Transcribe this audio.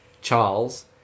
Charles